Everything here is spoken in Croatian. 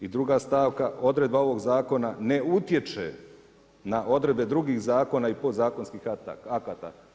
I druga stavka, odredba ovog zakona ne utječe na odredbe drugih zakona i podzakonskih akata.